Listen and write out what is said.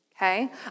okay